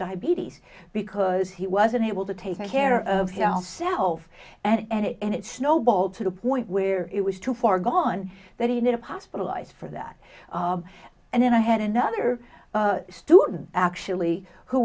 diabetes because he was unable to take care of himself and it and it snowballed to the point where it was too far gone that he needed hospitalized for that and then i had another student actually who